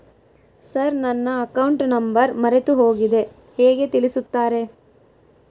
Sir ನನ್ನ account number ಮರೆತುಹೋಗಿದೆ ಹೇಗೆ ತಿಳಿಸುತ್ತಾರೆ?